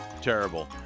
Terrible